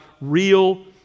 real